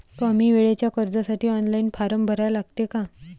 कमी वेळेच्या कर्जासाठी ऑनलाईन फारम भरा लागते का?